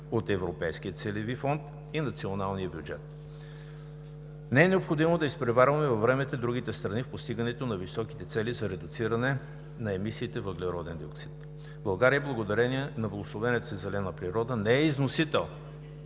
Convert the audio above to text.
от европейския целеви фонд и националния бюджет. Не е необходимо да изпреварваме във времето и другите страни в постигането на високите цели за редуциране на емисиите въглероден диоксид. България, благодарение на благословената си зелена природа, не е износител,